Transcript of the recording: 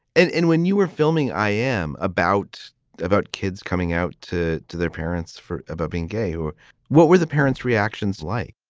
and and when you were filming, i am about about kids coming out to to their parents for about being gay or what were the parents reactions like?